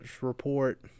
report